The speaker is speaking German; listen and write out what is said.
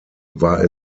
war